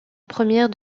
première